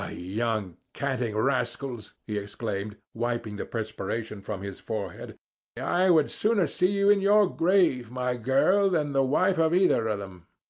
ah young canting rascals! he exclaimed, wiping the perspiration from his forehead i sooner see you in your grave, my girl, than the wife of either of them.